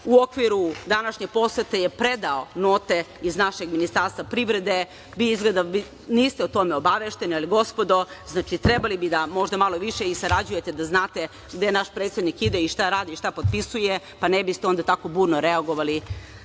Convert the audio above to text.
U okviru današnje posete je predao note iz našeg Ministarstva privrede. Vi izgleda niste o tome obavešteni, ali gospodo, trebali bi da možda malo više i sarađujete da znate gde naš predsednik ide, šta radi i šta potpisuje, pa ne biste onda tako burno reagovali.